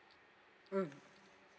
mm